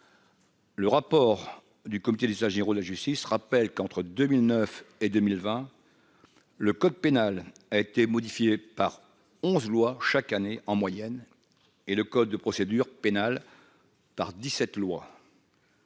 Le rapport du comité d'usagères ou la justice rappelle qu'entre 2009 et 2020, le code pénal a été modifié par 11 loi chaque année en moyenne et le code de procédure pénale par 17 lois.